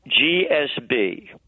GSB